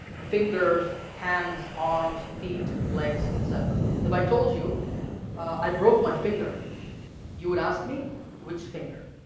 fingers, hands, arms, feet, legs etc. if i told you i broke my finger you would ask me which finger?